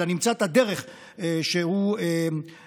אלא שנמצא את הדרך שהוא יוצע.